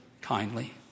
kindly